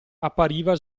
appariva